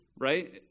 right